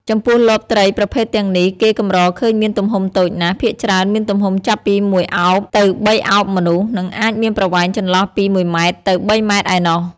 ចំពោះលបត្រីប្រភេទទាំងនេះ គេកម្រឃើញមានទំហំតូចណាស់ ភាគច្រើនមានទំហំចាប់ពីមួយឱប ទៅបីឱបមនុស្ស និងអាចមានប្រវែងចន្លោះពី១ម៉ែត្រ ទៅ៣ម៉ែត្រឯណោះ។